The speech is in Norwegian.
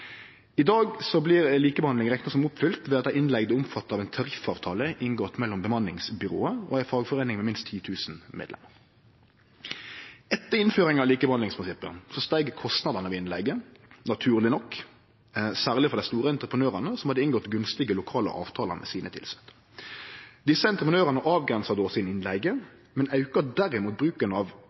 I dag blir likebehandling rekna som oppfylt ved at dei innleigde er omfatta av ein tariffavtale inngått mellom bemanningsbyrået og ei fagforeining med minst 10 000 medlemer. Etter innføring av likebehandlingsprinsippet steig kostnadane ved innleige, naturlig nok, særleg for dei store entreprenørane som hadde inngått gunstige lokale avtalar med sine tilsette. Desse entreprenørane avgrensa då si innleige, men auka derimot bruken av